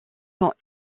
sont